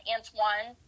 Antoine